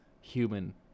human